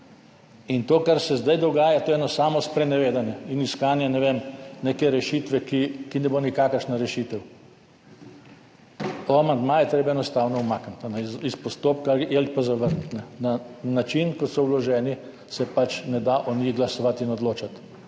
To, kar se zdaj dogaja, to je eno samo sprenevedanje in iskanje, ne vem, neke rešitve, ki ne bo nikakršna rešitev. Amandmaje je treba enostavno umakniti iz postopka ali jih pa zavrniti. Na način, kot so vloženi, se pač ne da o njih glasovati in odločati.